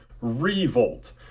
Revolt